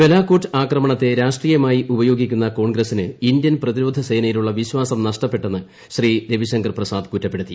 ബലാകോട്ട് ആക്രമണത്തെ രാഷ്ട്രീയമായി ഉപയോഗിക്കുന്ന കോൺഗ്രസിന് ഇന്ത്യൻ പ്രതിരോധ സേനയിലുളള വിശ്വാസം നഷ്ടപ്പെട്ടെന്ന് ശ്രീ രവിശങ്കർ പ്രസാദ് കുറ്റപ്പെടുത്തി